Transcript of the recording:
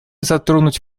затронуть